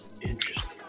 Interesting